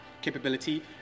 Capability